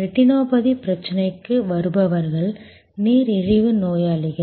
retinopathy பிரச்சனைக்கு வருபவர்கள் நீரிழிவு நோயாளிகள்